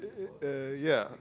uh uh uh ya